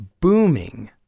booming